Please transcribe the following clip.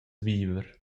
viver